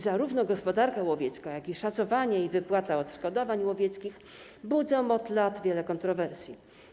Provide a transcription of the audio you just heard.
Zarówno gospodarka łowiecka, jak i szacowanie i wypłata odszkodowań łowieckich budzą od lat wiele kontrowersji.